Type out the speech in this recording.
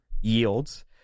yields